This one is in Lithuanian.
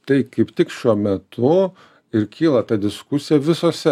tai kaip tik šiuo metu ir kyla ta diskusija visose